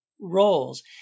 roles